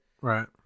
Right